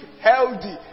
healthy